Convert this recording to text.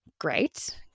great